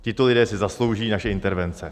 Tito lidé si zaslouží naše intervence.